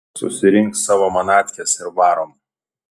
susirink savo manatkes ir varom